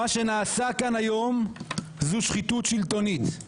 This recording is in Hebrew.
מה שנעשה כאן היום זו שחיתות שלטונית.